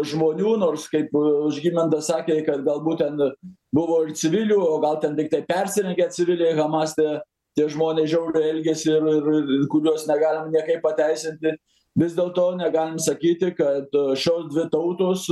žmonių nors kaip žygimantas sakė kad galbūt ten buvo ir civilių o gal ten tiktai persirengę civiliai hamase tie žmonės žiauriai elgėsi ir ir ir kuriuos negalim niekaip pateisinti vis dėl to negalim sakyti kad šios dvi tautos